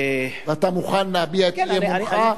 ואתה מוכן להביע את אי-אמונך.